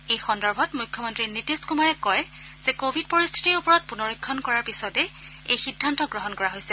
এই সন্দৰ্ভত মুখ্যমন্ত্ৰী নীতিশ কুমাৰে কয় যে কোৱিড পৰিস্থিতিৰ ওপৰত পুনৰীক্ষণ কৰাৰ পিছতেই এই সিদ্ধান্ত গ্ৰহণ কৰা হৈছে